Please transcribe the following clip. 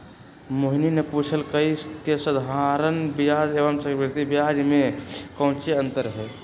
मोहिनी ने पूछल कई की साधारण ब्याज एवं चक्रवृद्धि ब्याज में काऊची अंतर हई?